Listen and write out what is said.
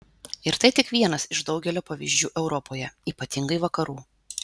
ir tai tik vienas iš daugelio pavyzdžių europoje ypatingai vakarų